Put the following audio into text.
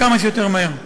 כמה שיותר מהר.